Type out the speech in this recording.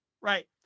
right